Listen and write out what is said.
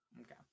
Okay